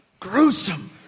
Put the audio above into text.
Gruesome